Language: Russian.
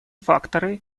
факторы